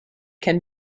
can